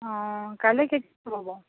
অঁ কাইলৈ বাৰু